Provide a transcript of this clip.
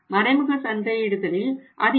மறைமுக சந்தையிடுதலில் அது இல்லை